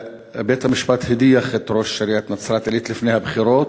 בית-המשפט הדיח את ראש עיריית נצרת-עילית לפני הבחירות,